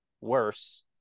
worse